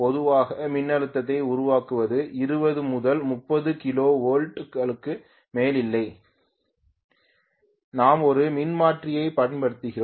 பொதுவாக மின்னழுத்தத்தை உருவாக்குவது 20 முதல் 30 கிலோ வோல்ட் டுகளுக்கு மேல் இல்லை நாம் ஒரு மின்மாற்றியைப் பயன்படுத்துகிறோம்